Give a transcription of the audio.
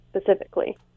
specifically